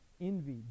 envy